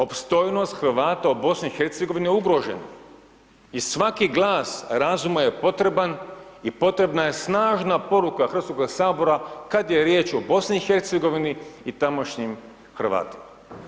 Opstojnost Hrvata u BiH-u je ugrožena i svaki glas razuma je potreban i potrebna je snažna poruka Hrvatskoga sabora kad je riječ o BiH-u i tamošnjim Hrvatima.